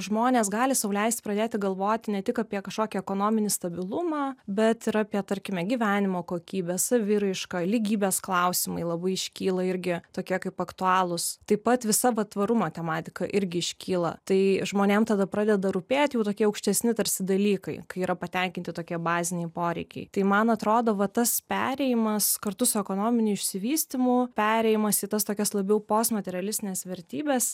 žmonės gali sau leist pradėti galvoti ne tik apie kažkokį ekonominį stabilumą bet ir apie tarkime gyvenimo kokybę saviraišką lygybės klausimai labai iškyla irgi tokie kaip aktualūs taip pat visa va tvarumo tematiką irgi iškyla tai žmonėm tada pradeda rūpėt tokie aukštesni tarsi dalykai kai yra patenkinti tokie baziniai poreikiai tai man atrodo va tas perėjimas kartu su ekonominiu išsivystymu perėjimas į tas tokias labiau postmaterialistines vertybes